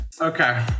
okay